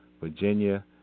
Virginia